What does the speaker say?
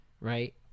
right